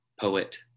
poet